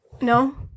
No